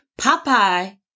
Popeye